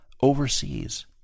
overseas